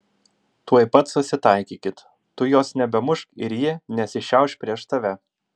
tuoj pat susitaikykit tu jos nebemušk ir ji nesišiauš prieš tave